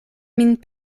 min